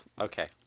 Okay